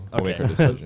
Okay